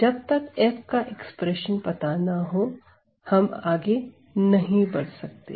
हमें जब तक F का एक्सप्रेशन पता ना हो तब तक हम आगे नहीं बढ़ सकते